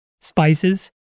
spices